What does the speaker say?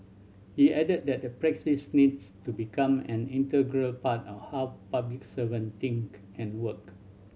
he added that the practise needs to become an integral part of how public servant think and work